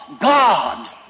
God